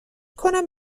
کنم